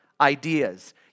ideas